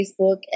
Facebook